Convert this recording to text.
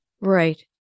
Right